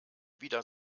wieder